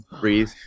breathe